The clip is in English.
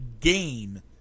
game